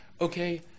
okay